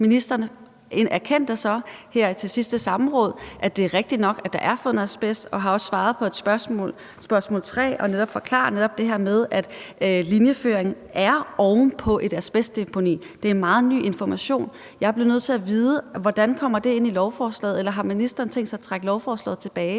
Ministeren erkendte så her ved sidste samråd, at det er rigtigt nok, at der er fundet asbest, og har også svaret på et spørgsmål, spørgsmål nr. 3, og netop forklaret det her med, at linjeføringen er oven på et asbestdeponi. Det er meget ny information. Jeg bliver nødt til at vide, hvordan det kommer ind i lovforslaget. Eller har ministeren tænkt sig at trække lovforslaget tilbage?